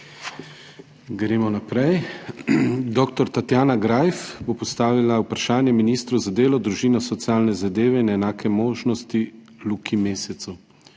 Gremo naprej. Dr. Tatjana Greif bo postavila vprašanje ministru za delo, družino, socialne zadeve in enake možnosti Luki Mesecu.